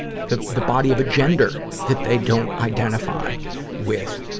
the, the body of a gender that they don't identify with.